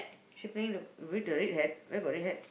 she playing with the with the red hat where got red hat